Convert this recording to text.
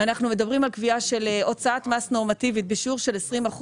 אנחנו מדברים על קביעה של הוצאת מס נורמטיבית בשיעור של 20%,